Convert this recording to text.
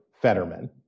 Fetterman